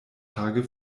tage